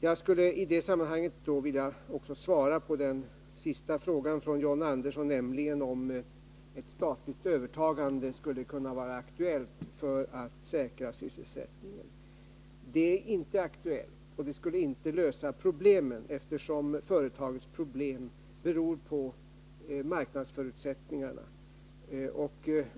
Jag skulle i det sammanhanget också vilja svara på den sista frågan från John Andersson, nämligen om ett statligt övertagande skulle kunna vara aktuellt för att säkra sysselsättningen. Det är inte aktuellt, och det skulle inte lösa problemen, eftersom företagets problem beror på marknadsförutsättningarna.